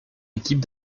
équipe